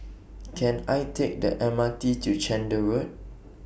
Can I Take The M R T to Chander Road